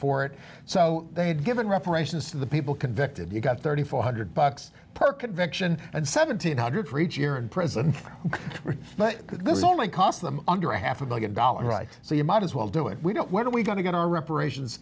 for it so they had given reparations to the people convicted you've got thirty four hundred bucks per conviction and seventeen hundred for each year in prison but this is only cost them under a half a billion dollars right so you might as well do it we don't what are we going to reparations